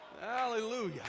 Hallelujah